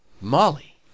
Molly